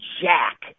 Jack